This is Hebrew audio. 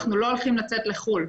אנחנו לא הולכים לצאת לחו"ל,